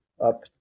up